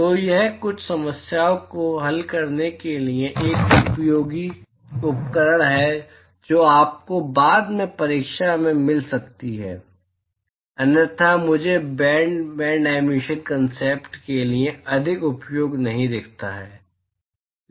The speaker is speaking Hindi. तो यह कुछ समस्याओं को हल करने के लिए एक उपयोगी उपकरण है जो आपको बाद में परीक्षा में मिल सकती है अन्यथा मुझे बैंड बैंड एमिशन कॉन्सेप्ट के लिए अधिक उपयोग नहीं दिखता है